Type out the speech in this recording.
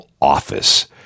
office